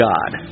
God